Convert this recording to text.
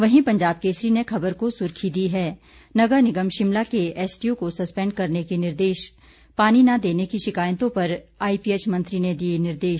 वहीं पंजाब केसरी ने खबर को सुर्खी दी है नगर निगम शिमला के एसडीओ को सस्पेंड करने के निर्देश पानी न देने की शिकायतों पर आईपीएच मंत्री ने दिए निर्देश